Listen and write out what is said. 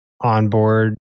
onboard